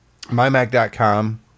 mymac.com